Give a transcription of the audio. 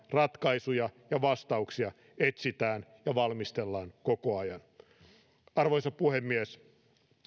ratkaisuja ja vastauksia etsitään ja valmistellaan koko ajan arvoisa puhemies